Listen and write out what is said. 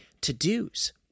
to-dos